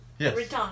Yes